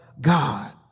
God